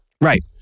Right